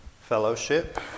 fellowship